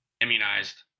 immunized